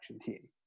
team